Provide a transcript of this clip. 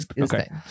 okay